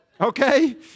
okay